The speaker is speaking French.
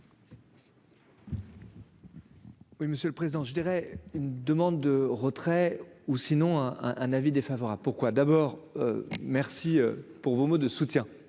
Oui, monsieur le président, je dirais, une demande de retrait ou sinon un un avis défavorable, pourquoi d'abord merci pour vos mots de soutien